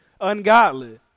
ungodly